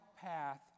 path